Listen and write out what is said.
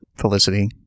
Felicity